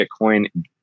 Bitcoin